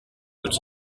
puts